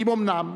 אם אומנם